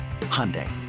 Hyundai